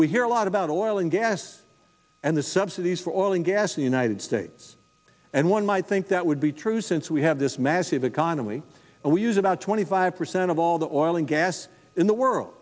we hear a lot about oil and gas and the subsidies for oil and gas the united states and one might think that would be true since we have this massive economy and we use about twenty five percent of all the oil and gas in the world